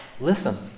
listen